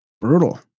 Brutal